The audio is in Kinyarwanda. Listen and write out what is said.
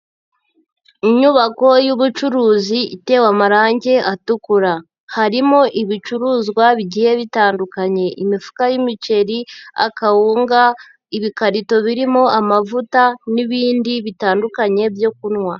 Inyubako y'ubucuruzi itewe amarangi atukura. Harimo ibicuruzwa bigiye bitandukanye, imifuka y'imiceri, akawunga, ibikarito birimo amavuta n'ibindi bitandukanye byo kunywa.